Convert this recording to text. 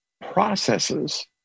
processes